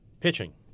Pitching